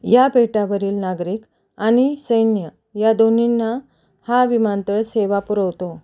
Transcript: या बेटावरील नागरिक आणि सैन्य या दोन्हींना हा विमानतळ सेवा पुरवतो